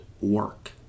work